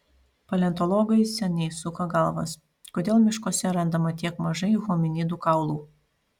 paleontologai seniai suka galvas kodėl miškuose randama tiek mažai hominidų kaulų